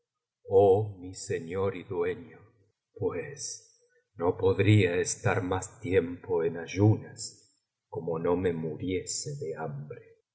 oh mi señor y dueño pues no podría estar más tiempo en ayunas como no me muriese de hajubre